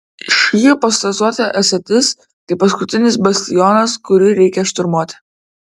ši hipostazuota esatis tai paskutinis bastionas kurį reikia šturmuoti